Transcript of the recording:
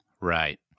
Right